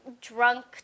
drunk